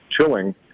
chilling